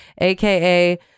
aka